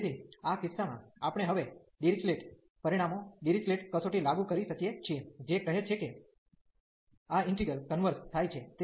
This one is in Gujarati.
તેથી આ કિસ્સામાં આપણે હવે ડિરીક્લેટ પરિણામો ડિરીચલેટ કસોટી લાગુ કરી શકીએ છીએ જે કહે છે કે આ ઈન્ટિગ્રલ કન્વર્ઝ થાય છે